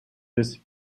this